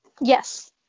Yes